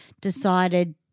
decided –